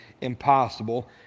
impossible